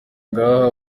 ngaha